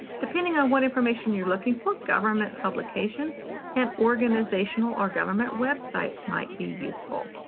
depending on what information you're looking for, government publications and organizational or government websites might be useful.